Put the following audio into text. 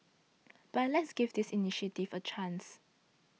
but let's give this initiative a chance